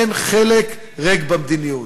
אין חלק ריק במדיניות.